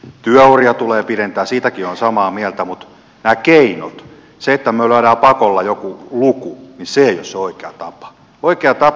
työuria tulee pidentää siitäkin olen samaa mieltä mutta nämä keinot se että pakolla lyödään lukkoon joku luku eivät ole se oikea tapa